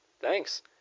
Thanks